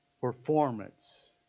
performance